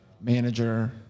manager